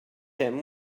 him